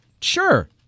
Sure